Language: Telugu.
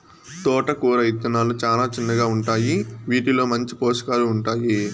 తోటకూర ఇత్తనాలు చానా చిన్నగా ఉంటాయి, వీటిలో మంచి పోషకాలు ఉంటాయి